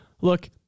Look